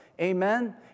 Amen